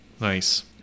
Nice